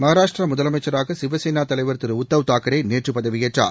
மகராஷ்ட்ராமுதலமைச்சராகசிவசேனாதலைவர் திருஉத்தவ் தாக்ரேநேற்றுபதவியேற்றார்